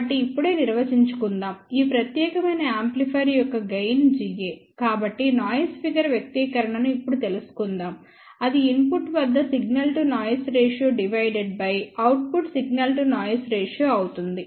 కాబట్టి ఇప్పుడే నిర్వచించుకుందాం ఈ ప్రత్యేకమైన యాంప్లిఫైయర్ యొక్క గెయిన్ Ga కాబట్టి నాయిస్ ఫిగర్ వ్యక్తీకరణను ఇప్పుడు తెలుసుకుందాంఅది ఇన్పుట్ వద్ద signal to noise ratio divided by output signal to noise ratio అవుతుంది